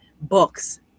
books